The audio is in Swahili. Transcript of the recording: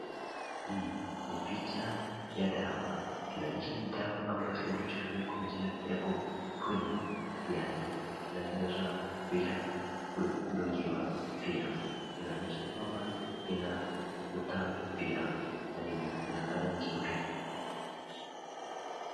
Hii ni picha ya dawa ,inaonyesha nidawa amabayo inachukuliwa kwa njia ya kukunywa ,yaani inamezwa bila kudungiwa pia inaonyesha kwamba ina utamu pia yani ina ladha nzuri.